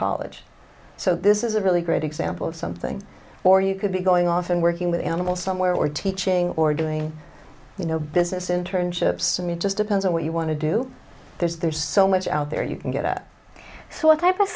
college so this is a really great example of something or you could be going off and working with animals somewhere or teaching or doing you know business internships and you just depends on what you want to do there's there's so much out there you can get at so what type of